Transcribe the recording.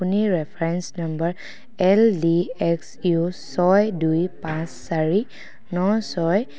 আপুনি reference number L D X U ছয় দুই পাঁচ চাৰি ন ছয়